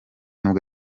nibwo